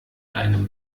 einem